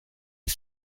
est